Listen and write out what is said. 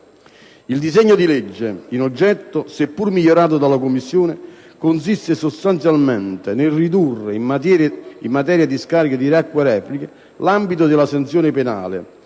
Il disegno di legge in oggetto, seppur migliorato dalla Commissione, consiste sostanzialmente nel ridurre, in materia di scarico di acque reflue, l'ambito della sanzione penale